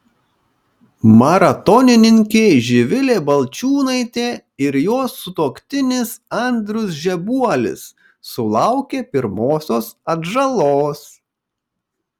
maratonininkė živilė balčiūnaitė ir jos sutuoktinis andrius žebuolis sulaukė pirmosios atžalos